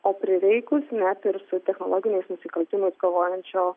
o prireikus net ir su technologiniais nusikaltimais kovojančio